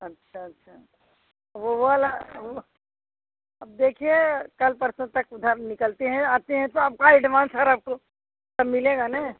अच्छा अच्छा वह वाला वह अब देखिए कल परसो तक उधर निकलती हैं आती हैं तो आपका ऐडवान्स और आपको सब मिलेगा ना